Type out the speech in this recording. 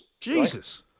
Jesus